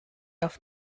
auf